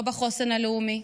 היא לא בחוסן הלאומי,